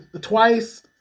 twice